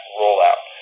rollout